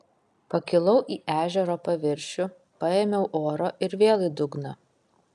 pakilau į ežero paviršių paėmiau oro ir vėl į dugną